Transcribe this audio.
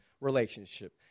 relationship